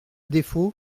défaut